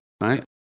right